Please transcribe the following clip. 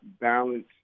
balance